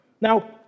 Now